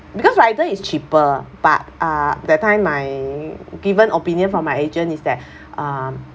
because rider is cheaper but uh that time my given opinion from my agent is that um